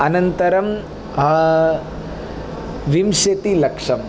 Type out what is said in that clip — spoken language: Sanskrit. अनन्तरं विंशतिलक्षं